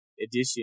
edition